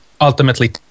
ultimately